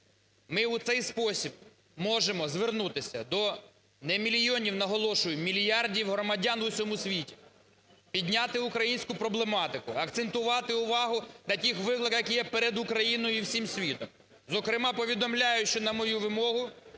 Ми у цей спосіб можемо звернутися до не мільйонів, наголошую, мільярдів громадян у всьому світі, підняти українську проблематику, акцентувати увагу на тих викликах, які є перед Україною і всім світом. Зокрема, повідомляю, що на мою вимогу